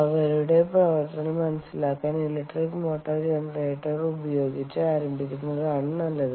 അവരുടെ പ്രവർത്തനം മനസിലാക്കാൻ ഇലക്ട്രിക് മോട്ടോർ ജനറേറ്റർ ഉപയോഗിച്ച് ആരംഭിക്കുന്നതാണ് നല്ലത്